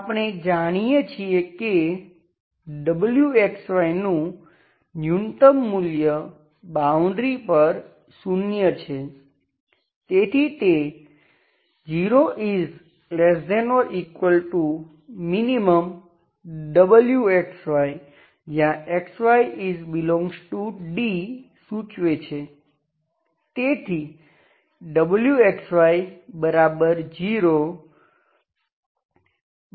આપણે જાણીએ છીએ કે wxy નું ન્યૂનત્તમ મૂલ્ય બાઉન્ડ્રી પર શૂન્ય છે તેથી તે 0≤minwxy ∈D સૂચવે છે